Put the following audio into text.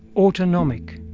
autonomic,